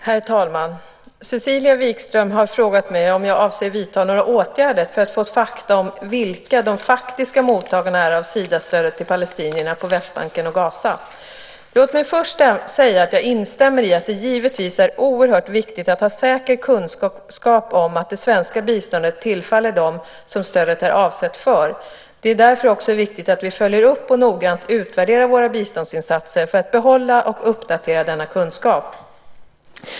Herr talman! Cecilia Wikström har frågat mig om jag avser att vidta några åtgärder för att få fakta om vilka de faktiska mottagarna är av Sidastödet till palestinierna på Västbanken och Gaza. Låt mig först säga att jag instämmer i att det givetvis är oerhört viktigt att ha säker kunskap om att det svenska biståndet tillfaller dem som stödet är avsett för. Det är därför också viktigt att vi följer upp och noggrant utvärderar våra biståndsinsatser för att behålla och uppdatera denna kunskap.